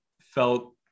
felt